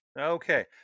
Okay